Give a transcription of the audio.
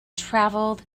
traveled